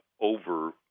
over